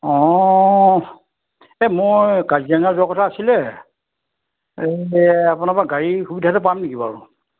অঁ মই কাজিৰঙা যোৱা কথা আছিলে এই আপোনাৰপৰা গাড়ীৰ সুবিধাটো পাম নেকি বাৰু